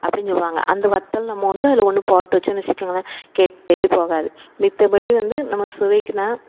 அப்படின் சொல்வாங்க அந்த வத்தல் நம்ம வந்து அதில் ஒன்று போட்டு வச்சோன்னு வச்சுக்கோங்களேன் கெட்டேப்போகாது மத்தபடி வந்து நம்ம சுவைக்குனா